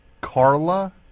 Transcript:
Carla